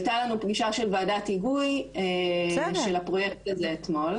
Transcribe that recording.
הייתה לנו פגישה של ועדת היגוי של הפרויקט הזה אתמול